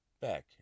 back